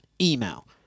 Email